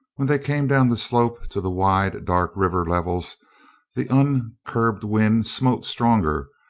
when they came down the slope to the wide, dark river levels the uncurbed wind smote stronger,